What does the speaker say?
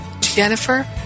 Jennifer